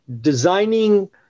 designing